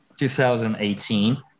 2018